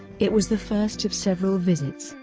it was the first of several visits.